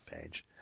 page